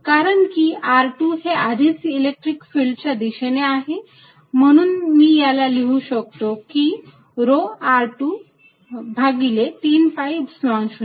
आणि कारण की r2 हे आधीच इलेक्ट्रिक फिल्डच्या दिशेने आहे म्हणून मी याला लिहू शकतो अधिक रो r2 भागिले 3 Epsilon 0